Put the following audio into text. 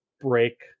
break